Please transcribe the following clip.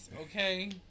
okay